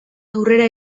aurrera